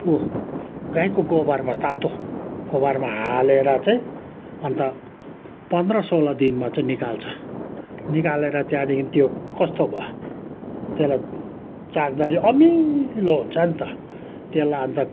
ऊ गाईको गोबरमा तातो गोबरमा हालेर चाहिँ अन्त पन्ध्र सोह्र दिनमा चाहिँ निकाल्छ निकालेर त्यहाँदेखि त्यो कस्तो भयो त्यसलाई चाख्दाखेरि अमिलो हुन्छ नि त त्यसलाई अन्त